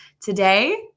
Today